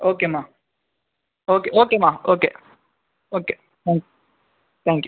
ஓகேம்மா ஓகே ஓகேம்மா okay okay ம் தேங்க்யூ